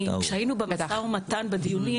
כשהיינו במשא ומתן בדיונים,